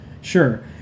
Sure